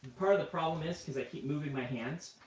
part of the problem is, because i keep moving my hands,